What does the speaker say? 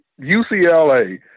UCLA